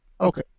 Okay